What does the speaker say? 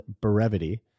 brevity